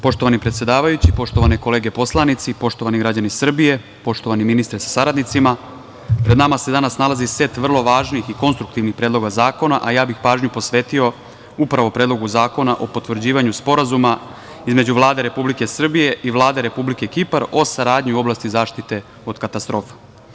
Poštovani predsedavajući, poštovane kolege poslanici, poštovani građani Srbije, poštovani ministre sa saradnicima, pred nama se danas nalazi set vrlo važnih i konstruktivnih predloga zakona, a ja bih pažnju posvetio upravo Predlogu zakona o potvrđivanju Sporazuma između Vlade Republike Srbije i Vlade Republike Kipar o saradnji u oblasti zaštite od katastrofa.